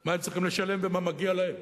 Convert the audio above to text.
מה הם צריכים לשלם ומה מגיע להם.